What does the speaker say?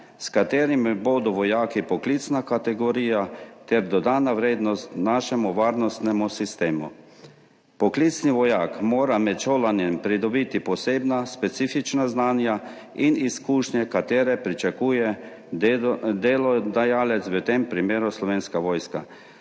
s katerimi bodo vojaki poklicna kategorija ter dodana vrednost našemu varnostnemu sistemu. Poklicni vojak mora med šolanjem pridobiti posebna, specifična znanja in izkušnje, katere pričakuje delodajalec, v tem primeru Slovenska vojska,